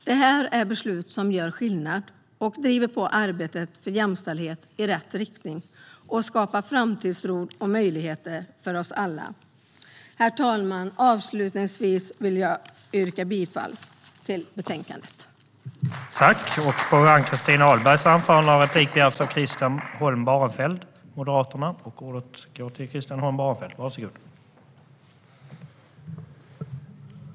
Det här är beslut som gör skillnad och som driver på arbetet för jämställdhet i rätt riktning och skapar framtidstro och möjligheter för oss alla. Herr talman! Avslutningsvis vill jag yrka bifall till utskottets förslag.